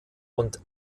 und